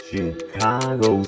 Chicago